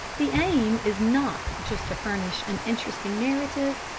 the aim is not just to furnish an interesting narrative,